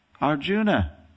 Arjuna